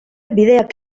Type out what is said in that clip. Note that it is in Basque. bideak